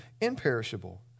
imperishable